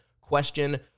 question